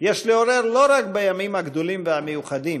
יש לעורר לא רק בימים הגדולים והמיוחדים,